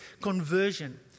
conversion